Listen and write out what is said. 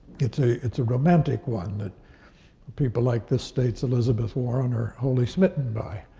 it's a it's a romantic one that people like this state's elizabeth warren are wholly smitten by,